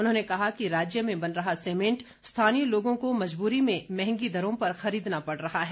उन्होंने कहा कि राज्य में बन रहा सीमेंट स्थानीय लोगों को मजबूरी में महंगी दरों पर खरीदना पड़ रहा है